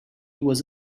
was